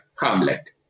Hamlet